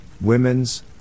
women's